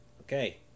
Okay